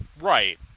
Right